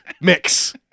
Mix